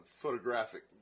photographic